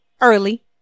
early